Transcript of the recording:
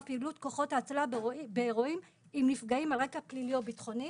פעילות כוחות ההצלה באירועים עם נפגעים על רקע פלילי או ביטחוני.